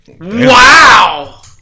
Wow